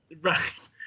Right